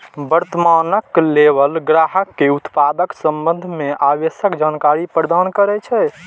वर्णनात्मक लेबल ग्राहक कें उत्पादक संबंध मे आवश्यक जानकारी प्रदान करै छै